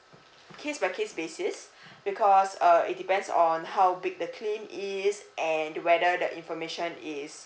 case by case basis because uh it depends on how big the claim is and whether the information is